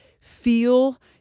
feel